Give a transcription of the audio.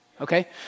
Okay